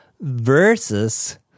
versus